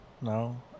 no